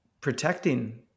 protecting